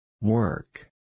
Work